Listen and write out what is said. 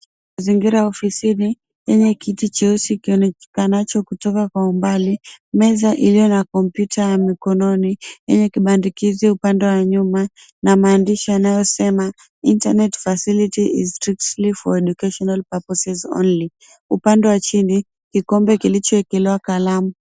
Mazingira ya ofisini yenye kiti cheusi kionekanacho kutoka kwa umbali, meza iliyo na kompyuta ya mkononi kwenye kibandikizo upande wa nyuma na maandishi yanayosema, Internet Facility Is Strictly For Educational Purposes Only. Upande wa chini kikombe kilichoekelewa kalamu.